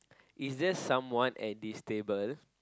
is there someone at this table